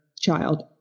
child